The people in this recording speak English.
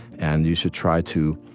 and you should try to